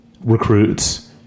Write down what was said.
recruits